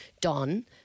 Don